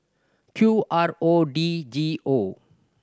Q R O D G O